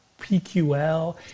PQL